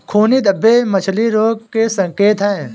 खूनी धब्बे मछली रोग के संकेत हैं